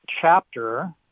chapter